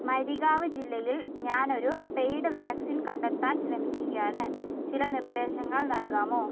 മരിഗാവ് ജില്ലയിൽ ഞാൻ ഒരു പെയ്ഡ് വാക്സിൻ കണ്ടെത്താൻ ശ്രമിക്കുകയാണ് ചില നിർദ്ദേശങ്ങൾ നൽകാമോ